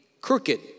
crooked